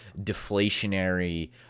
deflationary